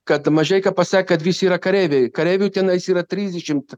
kad mažeika pasakė kad visi yra kareiviai kareivių tenais yra trisdešimt